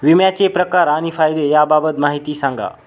विम्याचे प्रकार आणि फायदे याबाबत माहिती सांगा